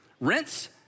rinse